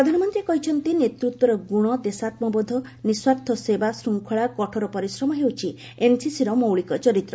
ପ୍ରଧାନମନ୍ତ୍ରୀ କହିଛନ୍ତିନେତୃତ୍ୱର ଗୁଣ ଦେଶାତ୍ୱାବୋଧ ନିସ୍ୱାର୍ଥ ସେବା ଶୃଙ୍ଖଳାକଠୋର ପରିଶ୍ରମ ହେଉଛି ଏନସିସିର ମୌଳିକ ଚରିତ୍